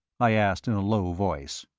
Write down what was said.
i asked, in a low voice.